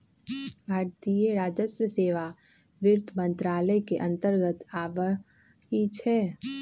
भारतीय राजस्व सेवा वित्त मंत्रालय के अंतर्गत आबइ छै